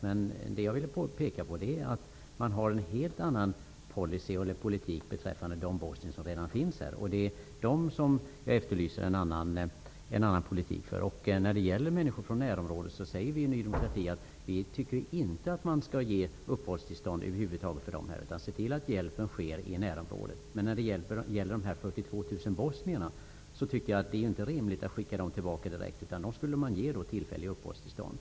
Men det jag ville peka på var att man har en helt annan politik beträffande de bosnier som redan finns här. Det är här jag efterlyser en annan politik. När det gäller människor från närområdet tycker vi i Ny demokrati inte att man över huvud taget skall ge dem uppehållstillstånd här. Man skall se till att hjälpen sker i närområdet. Men när det gäller dessa 42 000 bosnier är det inte rimligt att skicka tillbaka dem direkt. De bör få tillfälliga uppehållstillstånd.